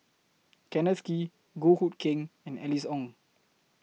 Kenneth Kee Goh Hood Keng and Alice Ong